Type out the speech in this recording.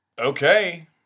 Okay